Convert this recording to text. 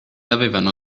avevano